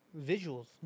visuals